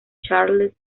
charles